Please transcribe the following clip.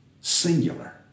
singular